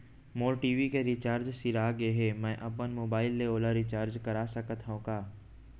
मोर TV के recharge सिरा गे हे, मैं अपन मोबाइल ले ओला रिचार्ज करा सकथव का?